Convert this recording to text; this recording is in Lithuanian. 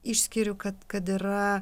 išskiriu kad kad yra